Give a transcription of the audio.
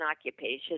occupation